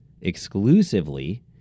exclusively